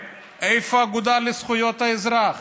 כי אתה בכל זאת סגן יושב-ראש הכנסת.